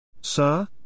Sir